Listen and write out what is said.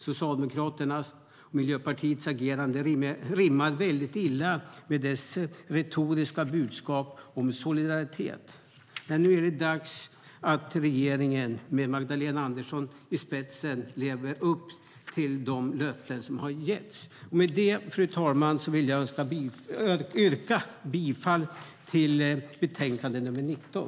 Socialdemokraternas och Miljöpartiets agerande rimmar mycket illa med deras retoriska budskap om solidaritet. Nu är det dags för regeringen, med Magdalena Andersson i spetsen, att leva upp till de löften som har getts. Fru talman! Jag yrkar bifall till förslaget i skatteutskottets betänkande 19.